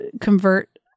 convert